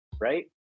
right